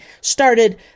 started